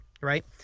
right